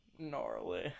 gnarly